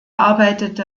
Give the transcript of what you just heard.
arbeitete